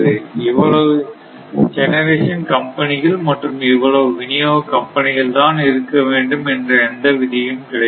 இவ்வளவு ஜெனரேஷன் கம்பெனிகள் மற்றும் இவ்வளவு விநியோக கம்பெனிகள் தான் இருக்க வேண்டும் என்று எந்த விதியும் கிடையாது